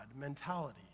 mentality